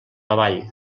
avall